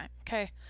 Okay